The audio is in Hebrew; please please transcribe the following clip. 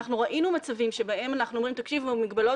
ראינו מצבים שבהם אנחנו אומרים: מגבלות